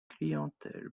clientèle